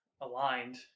aligned